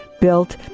built